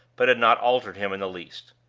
but had not altered him in the least.